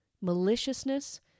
maliciousness